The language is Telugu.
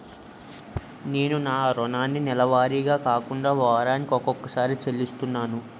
నేను నా రుణాన్ని నెలవారీగా కాకుండా వారాని కొక్కసారి చెల్లిస్తున్నాను